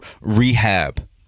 rehab